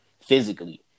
physically